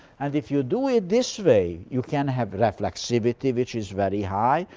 and if you do it this way, you can have reflexivity which is very high.